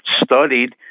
studied